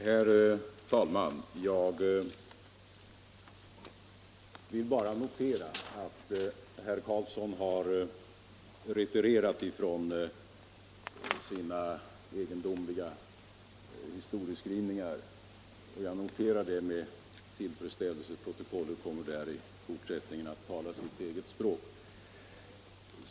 Herr talman! Jag vill med tillfredsställelse notera att herr Carlsson i Vikmanshyttan har retirerat när det gäller dessa egendomliga historieskrivningar. Protokollet kommer på den punkten att i fortsättningen tala sitt eget språk.